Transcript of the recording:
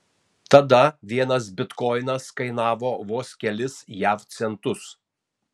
tada vienas bitkoinas kainavo vos kelis jav centus